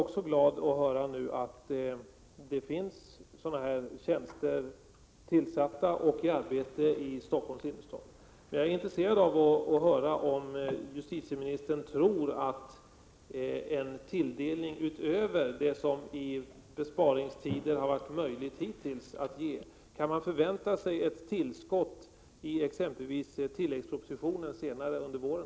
Det är glädjande att höra att det finns sådana tjänster tillsatta och att man arbetar på det sättet i Stockholms innerstad. Jag är intresserad av att höra om justitieministern tror att man kan ge en tilldelning utöver det som i besparingstider hittills har varit möjligt att ge. Kan man förvänta sig ett tillskott i exempelvis tilläggspropositionen senare under våren?